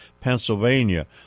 Pennsylvania